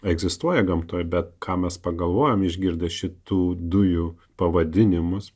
egzistuoja gamtoje bet ką mes pagalvojame išgirdę šitų dujų pavadinimus